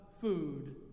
food